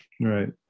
Right